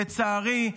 לצערי,